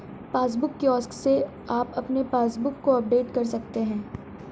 passbook kiosk से आप अपने पासबुक को अपडेट कर सकते हैं